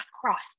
cross